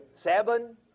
seven